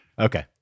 Okay